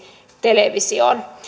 televisioon